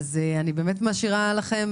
מצוין, אז אני באמת משאירה לכם